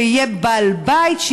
שיהיה בעל בית,